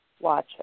watch